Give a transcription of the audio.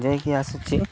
ଯାଇକି ଆସିଛି